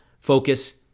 focus